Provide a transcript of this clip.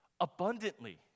abundantly